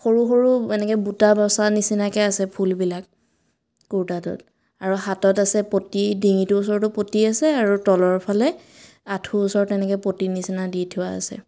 সৰু সৰু এনেকৈ বুটা বচা নিচিনাকৈ আছে ফুলবিলাক কুৰ্তাটোত আৰু হাতত আছে পটি ডিঙিটোৰ ওচৰতো পটি আছে আৰু তলৰ ফালে আঁঠুৰ ওচৰত এনেকৈ পটিৰ নিচিনা দি থোৱা আছে